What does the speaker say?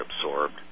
absorbed